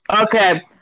Okay